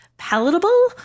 palatable